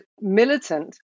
militant